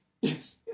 Yes